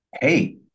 hey